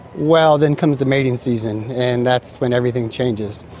well, then comes the mating season, and that's when everything changes.